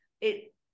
it-